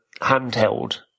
Handheld